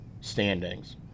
standings